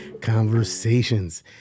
Conversations